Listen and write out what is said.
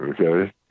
Okay